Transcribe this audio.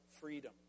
freedom